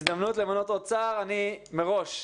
הזדמנות למנות עוד שר אני מראש מסרב,